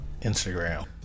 Instagram